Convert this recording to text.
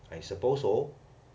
I suppose so